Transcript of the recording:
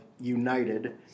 United